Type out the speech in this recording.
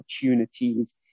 opportunities